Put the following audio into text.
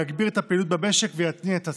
יגביר את הפעילות במשק ויתניע את הצריכה.